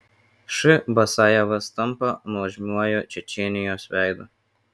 š basajevas tampa nuožmiuoju čečėnijos veidu